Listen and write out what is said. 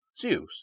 Zeus